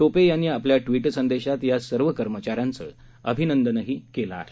टोपे यांनी आपल्या ट्विर संदेशात या सर्व कर्मचाऱ्यांचं अभिनंदनही केलं आहे